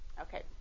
Okay